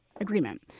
agreement